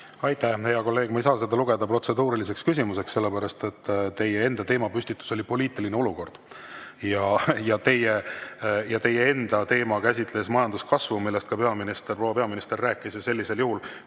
Aitäh, hea kolleeg! Ma ei saa seda lugeda protseduuriliseks küsimuseks, sest teie enda teemapüstitus oli poliitiline olukord. Teie enda teema käsitles majanduskasvu, millest ka proua peaminister rääkis. Sellisel juhul,